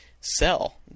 sell